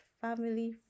family